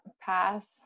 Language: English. path